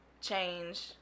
change